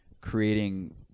creating